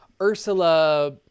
Ursula